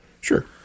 Sure